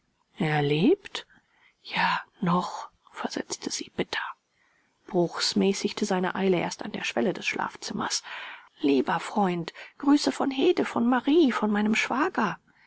lebt ja noch versetzte sie bitter bruchs mäßigte seine eile erst an der schwelle des schlafzimmers lieber freund grüße von hede von marie von meinem schwager